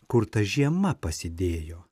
kur ta žiema pasidėjo